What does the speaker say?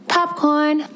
Popcorn